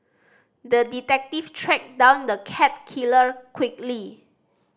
the detective tracked down the cat killer quickly